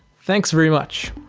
thanks very much.